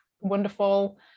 wonderful